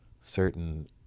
Certain